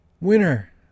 Winner